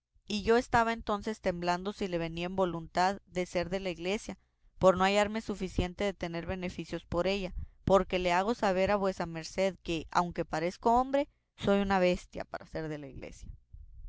y yo estaba entonces temblando si le venía en voluntad de ser de la iglesia por no hallarme suficiente de tener beneficios por ella porque le hago saber a vuesa merced que aunque parezco hombre soy una bestia para ser de la iglesia